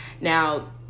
Now